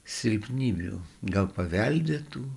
silpnybių gal paveldėtų